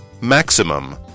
Maximum